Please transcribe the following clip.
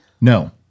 No